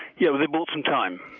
yeah, they've bought some time.